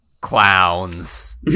clowns